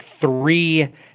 three